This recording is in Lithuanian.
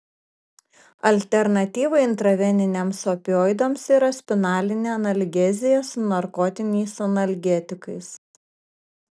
alternatyva intraveniniams opioidams yra spinalinė analgezija su narkotiniais analgetikais